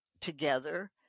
together